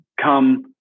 come